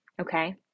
okay